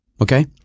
Okay